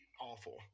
awful